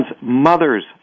mother's